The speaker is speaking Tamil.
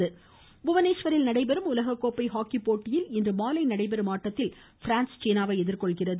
ஹாக்கி புவனேஷ்வரில் நடைபெறும் உலககோப்பை ஹாக்கி போட்டியில் இன்றுமாலை நடைபெறும் ஆட்டத்தில் பிரான்ஸ் சீனாவை எதிர்கொள்கிறது